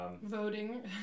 Voting